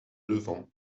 levant